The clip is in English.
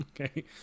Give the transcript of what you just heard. Okay